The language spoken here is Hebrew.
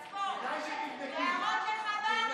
בן כמה אני הייתי ובן כמה אתה היית,